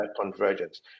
convergence